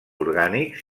orgànics